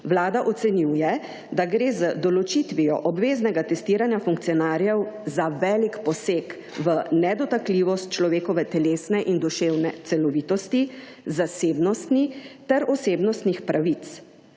Vlada ocenjuje, da gre z določitvijo obveznega testiranja funkcionarjev za velik poseg v nedotakljivost človekove telesne in duševne celovitosti, zasebnosti ter osebnostnih pravic.